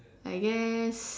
I guess